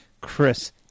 Chris